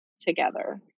together